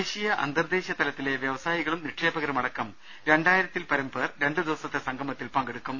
ദേശീയ അ ന്തർദേശീയതലത്തിലെ വ്യവസായികളും നിക്ഷേപകരുമടക്കം രണ്ടായിര ത്തിൽപരം പേർ രണ്ടു ദിവസത്തെ സംഗമത്തിൽ പങ്കെടുക്കും